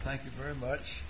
thank you very much